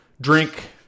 drink